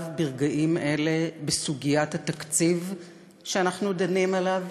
ברגעים אלה בסוגיית התקציב שאנחנו דנים עליו?